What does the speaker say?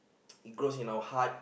it grows in our heart